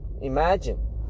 imagine